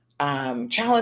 Challenge